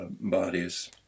bodies